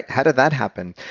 how did that happen?